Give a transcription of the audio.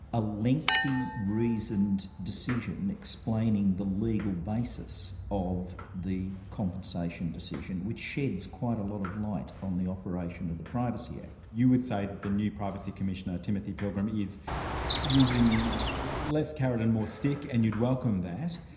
a lengthy, reasoned decision explaining the legal basis of the compensation decision, which sheds quite a lot of light on the operation of the privacy act. you would say that the new privacy commissioner timothy pilgrim is using less carrot and more stick, and you'd welcome that,